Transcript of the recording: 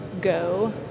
go